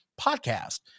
podcast